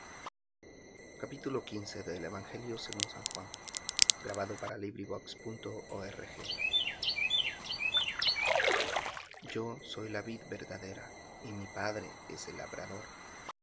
yo soy la vid verdadera y mi padre es el labrador